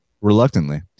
reluctantly